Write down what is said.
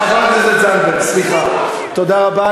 (חברת הכנסת תמר זנדברג יוצאת מאולם המליאה.) תודה רבה.